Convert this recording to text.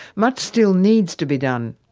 much still needs to be done.